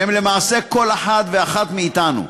שהם למעשה כל אחד ואחת מאתנו.